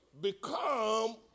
become